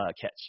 catch